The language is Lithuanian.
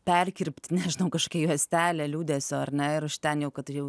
perkirpt nežinau kažkokią juostelę liūdesio ar ne ir ten jau kad jau